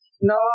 No